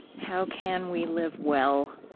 how can we live well?